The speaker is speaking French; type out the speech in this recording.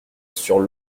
sur